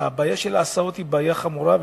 והבעיה של ההסעות היא בעיה חמורה.